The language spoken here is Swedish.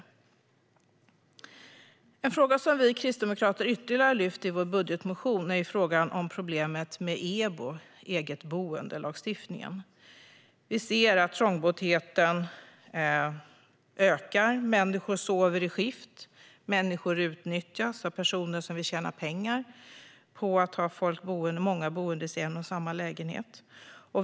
En ytterligare fråga som vi kristdemokrater har lyft i vår budgetmotion handlar om EBO, lagstiftningen om eget boende. Vi ser att trångboddheten ökar. Människor sover i skift. Människor utnyttjas av personer som vill tjäna pengar på att ha många boende i en och samma lägenhet.